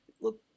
Look